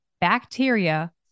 bacteria